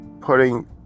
putting